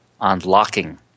unlocking